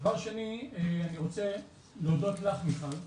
דבר שני, אני רוצה להודות לך מיכל,